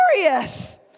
glorious